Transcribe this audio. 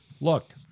look